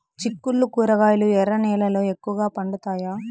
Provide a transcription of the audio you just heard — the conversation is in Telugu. చిక్కుళ్లు కూరగాయలు ఎర్ర నేలల్లో ఎక్కువగా పండుతాయా